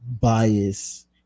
bias